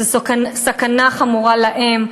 זו סכנה חמורה להם,